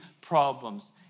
problems